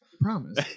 promise